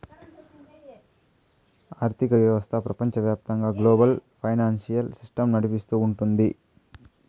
ఆర్థిక వ్యవస్థ ప్రపంచవ్యాప్తంగా గ్లోబల్ ఫైనాన్సియల్ సిస్టమ్ నడిపిస్తూ ఉంటది